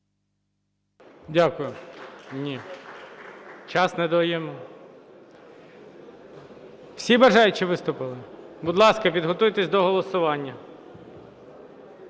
Дякую. Ні, час не додаємо. Всі бажаючі виступили? Будь ласка, підготуйтесь до голосування.